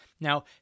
Now